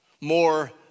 more